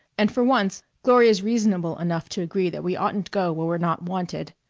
and for once gloria's reasonable enough to agree that we oughtn't go where we're not wanted.